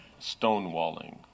stonewalling